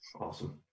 awesome